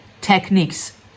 techniques